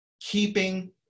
keeping